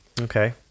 Okay